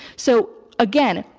so again,